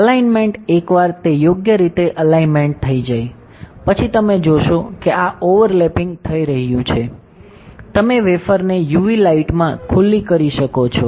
alignment એકવાર તે યોગ્ય રીતે અલાઈનમેંટ થઈ જાય પછી તમે જોશો કે આ ઓવરલેપીંગ થઈ રહ્યું છે તમે વેફરને યુવી લાઇટમાં ખુલ્લી કરી શકો છો